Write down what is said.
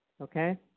okay